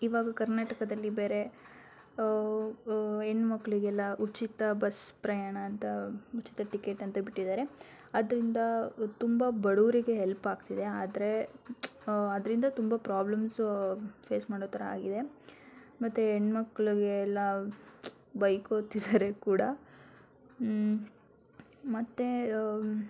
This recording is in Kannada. ಇವಾಗ ಕರ್ನಾಟಕದಲ್ಲಿ ಬೇರೆ ಹೆಣ್ಮಕ್ಳಿಗೆಲ್ಲ ಉಚಿತ ಬಸ್ ಪ್ರಯಾಣ ಅಂತ ಉಚಿತ ಟಿಕೆಟ್ ಅಂತ ಹೇಳಿ ಬಿಟ್ಟಿದ್ದಾರೆ ಅದರಿಂದ ತುಂಬ ಬಡವರಿಗೆ ಹೆಲ್ಪ್ ಆಗ್ತಿದೆ ಆದರೆ ಅದರಿಂದ ತುಂಬ ಪ್ರಾಬ್ಲಮ್ಸು ಫೇಸ್ ಮಾಡೋ ಥರ ಆಗಿದೆ ಮತ್ತೆ ಹೆಣ್ಮಕ್ಳ್ ಎಲ್ಲ ಬೈಕೋತಿದ್ದಾರೆ ಕೂಡ ಮತ್ತೆ